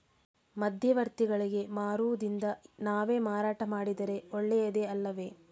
ಮಧ್ಯವರ್ತಿಗಳಿಗೆ ಮಾರುವುದಿಂದ ನಾವೇ ಮಾರಾಟ ಮಾಡಿದರೆ ಒಳ್ಳೆಯದು ಅಲ್ಲವೇ?